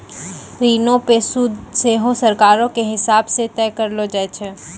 ऋणो पे सूद सेहो सरकारो के हिसाब से तय करलो जाय छै